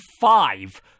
five